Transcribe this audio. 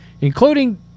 including